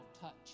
touch